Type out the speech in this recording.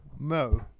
No